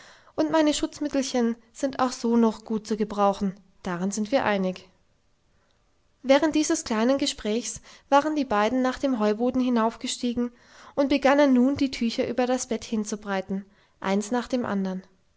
und meine schutzmittelchen sind auch so noch gut zu gebrauchen darin sind wir einig während dieses kleinen gespräches waren die beiden nach dem heuboden hinaufgestiegen und begannen nun die tücher über das bett hinzubreiten eins nach dem andern